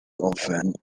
offence